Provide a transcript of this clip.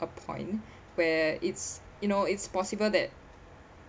a point where it's you know it's possible that